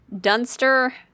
Dunster